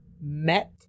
met